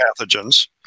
pathogens